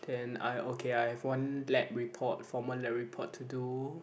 then I okay I have one lab report formal lab report to do